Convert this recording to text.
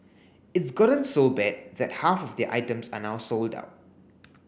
it's gotten so bad that half of their items are now sold out